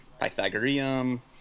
pythagorean